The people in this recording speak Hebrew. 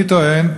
אני טוען,